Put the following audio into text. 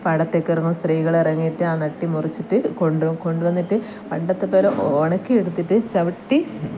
പാടത്തേക്കിറങ്ങും സ്ത്രീകൾ ഇറങ്ങിയിട്ട് നട്ടി മുറിച്ചിട്ട് കൊണ്ട് കൊണ്ട് വന്നിട്ട് പണ്ടത്തെ പോലെ ഉണക്കിയെടുത്തിട്ട് ചവിട്ടി